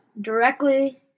directly